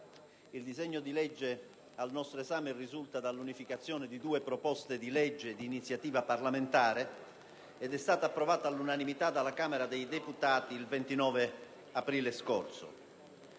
il disegno di legge al nostro esame risulta dall'unificazione di due proposte di legge di iniziativa parlamentare ed è stato approvato all'unanimità dalla Camera dei deputati il 29 aprile scorso.